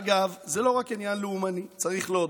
אגב, זה לא רק עניין לאומני, צריך להודות,